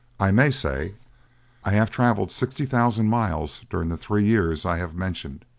i may say i have traveled sixty thousand miles during the three years i have mentioned.